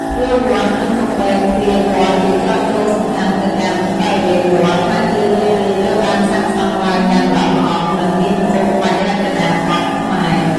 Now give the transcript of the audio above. ទ្វារវត្ត និងកំពែងទ្វារវត្តជាច្រកចូលសំខាន់ទៅកាន់បរិវេណវត្ត ហើយជារឿយៗត្រូវបានសាងសង់ឡើងយ៉ាងល្អិតល្អន់ និងមានក្បូរក្បាច់រចនាបថខ្មែរ។